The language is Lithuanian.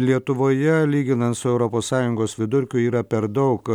lietuvoje lyginant su europos sąjungos vidurkiu yra per daug